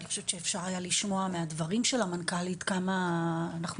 אני חושבת שאפשר היה לשמוע מהדברים של המנכ"לית כמה אנחנו